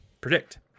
predict